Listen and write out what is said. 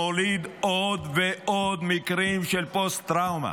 מוליד עוד ועוד מקרים של פוסט-טראומה.